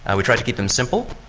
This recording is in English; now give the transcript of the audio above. and we tried to keep them simple.